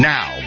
Now